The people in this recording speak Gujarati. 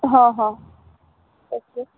હા હા ઓકે